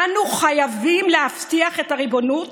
אנו חייבים להבטיח את הריבונות